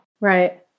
Right